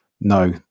no